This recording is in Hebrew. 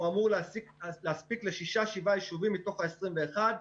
אמור להספיק לשישה-שבעה יישובים מתוך 21 היישובים.